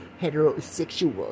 heterosexual